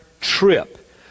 trip